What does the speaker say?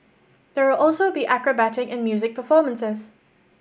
there will also be acrobatic and music performances